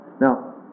Now